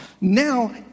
now